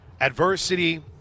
adversity